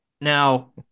Now